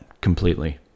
Completely